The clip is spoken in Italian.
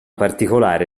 particolare